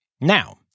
Now